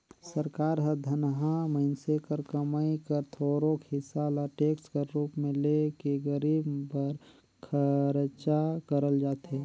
सरकार हर धनहा मइनसे कर कमई कर थोरोक हिसा ल टेक्स कर रूप में ले के गरीब बर खरचा करल जाथे